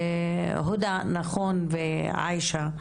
הודא ועאישה,